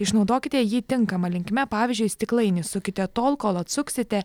išnaudokite jį tinkama linkme pavyzdžiui stiklainį sukite tol kol atsuksite